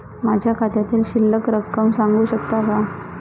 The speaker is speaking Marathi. माझ्या खात्यातील शिल्लक रक्कम सांगू शकता का?